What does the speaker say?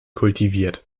kultiviert